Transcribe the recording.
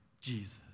Jesus